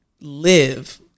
live